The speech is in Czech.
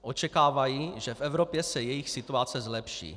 Očekávají, že v Evropě se jejich situace zlepší.